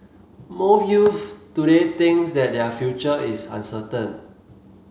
most youths today thinks that their future is uncertain